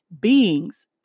beings